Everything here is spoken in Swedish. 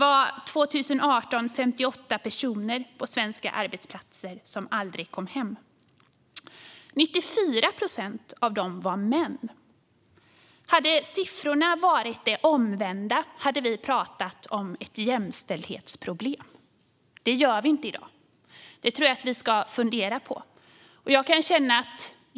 År 2018 var det 58 personer på svenska arbetsplatser som aldrig kom hem. 94 procent av dem var män. Hade siffrorna varit de omvända skulle vi ha talat om ett jämställdhetsproblem. Det gör vi inte i dag, och det tror jag att vi ska fundera på.